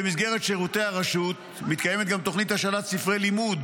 במסגרת שירותי הרשות מתקיימת גם תוכנית השאלת ספרי לימוד